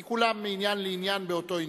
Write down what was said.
כי כולן, מעניין לעניין באותו עניין: